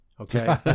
okay